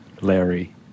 Larry